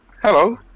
Hello